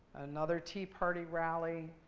another tea party rally.